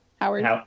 Howard